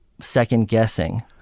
second-guessing